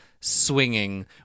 swinging